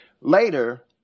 Later